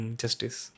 justice